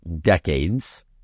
decades